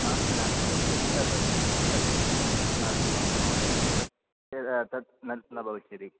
नास्ति नास्ति तत् तत् तत् नास्ति महोदय तत् यदा तत् न भविष्यति